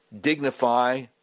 dignify